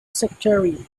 sectarian